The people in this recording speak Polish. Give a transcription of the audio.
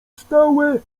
stałe